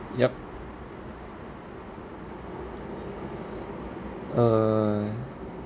yup uh